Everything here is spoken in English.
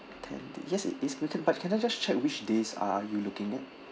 ten days yes it is but can I just check which days are you looking at